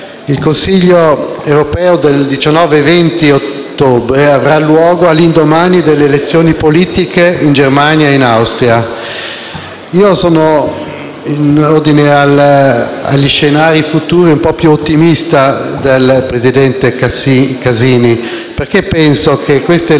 il Consiglio europeo del 19 e 20 ottobre avrà luogo all'indomani delle elezioni politiche in Germania e in Austria. In ordine agli scenari futuri sono un po' più ottimista del presidente Casini, a proposito di tali elezioni,